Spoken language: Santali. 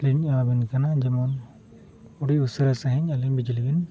ᱞᱤᱧ ᱮᱢᱟᱵᱤᱱ ᱠᱟᱱᱟ ᱡᱮᱢᱚᱱ ᱟᱹᱰᱤ ᱩᱥᱟᱹᱨᱟ ᱥᱟᱺᱦᱤᱡ ᱟᱹᱞᱤᱧ ᱵᱤᱡᱽᱞᱤ ᱵᱮᱱ